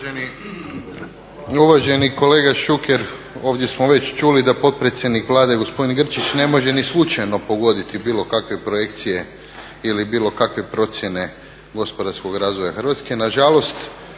Uvaženi kolega Šuker, ovdje smo već čuli da potpredsjednik Vlade gospodin Grčić ne može ni slučajno pogoditi bilo kakve projekcije ili bilo kakve procjene gospodarskog razvoja Hrvatske.